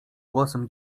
głosem